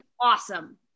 awesome